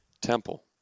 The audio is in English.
Temple